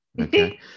okay